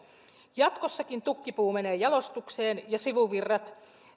jatkossakin tukkipuu menee jalostukseen ja sivuvirrat